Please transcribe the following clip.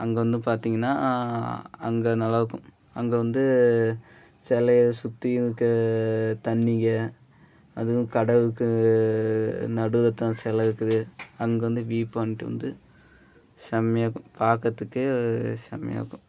அங்கே வந்து பார்த்தீங்கன்னா அங்கே நல்லாயிருக்கும் அங்கக வந்து சிலையச் சுற்றி இருக்கற தண்ணிங்க அதுவும் கடலுக்கு நடுவில்த்தான் சிலை இருக்குது அங்கே வந்து வ்யூ பாயிண்ட் வந்து செம்மையாக இருக்கும் பார்க்கறதுக்கே செம்மையாக இருக்கும்